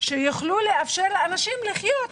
שיוכלו לאפשר לאנשים לחיות.